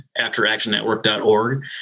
afteractionnetwork.org